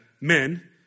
Men